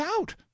out